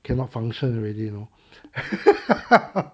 cannot function already you know